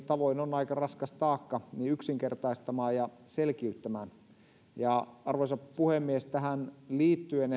tavoin on kunnille aika raskas taakka yksinkertaistamaan ja selkiyttämään arvoisa puhemies ehkä tähän liittyen